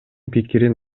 пикирин